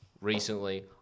recently